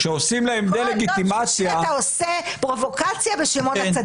- כשעושים להם דה-לגיטימציה -- חבר הכנסת